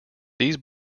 these